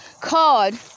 card